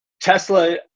Tesla